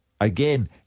Again